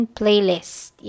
playlist